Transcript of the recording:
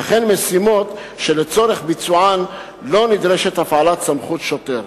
וכן משימות שלצורך ביצוען לא נדרשת הפעלת סמכות שוטר.